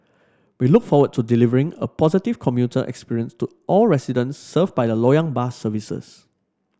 we look forward to delivering a positive commuter experience to all residents served by the Loyang bus services